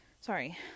sorry